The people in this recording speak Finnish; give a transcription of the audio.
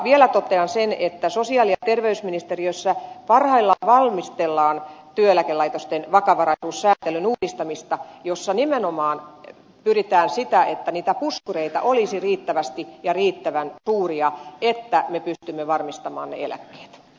vielä totean sen että sosiaali ja terveysministeriössä parhaillaan valmistellaan työeläkelaitosten vakavaraisuussääntelyn uudistamista jossa nimenomaan pyritään siihen että niitä puskureita olisi riittävästi ja riittävän suuria että me pystymme varmistamaan ne eläkkeet